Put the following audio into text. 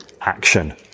action